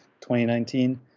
2019